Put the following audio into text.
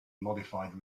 modified